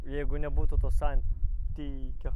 jeigu nebūtų to santykio